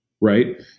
right